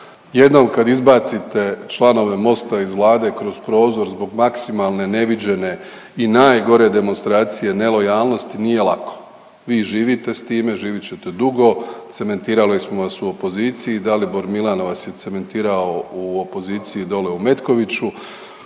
jednom kad izbacite članove MOST-a iz Vlade kroz prozor zbog maksimalne, neviđene i najgore demonstracije nelojalnosti nije lako. Vi živite s time, živit ćete dugo, cementirali smo vas u opoziciji, Dalibor Milana vas je cementirao u opoziciji dole u Metkoviću.